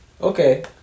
Okay